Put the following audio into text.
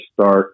start